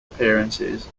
appearances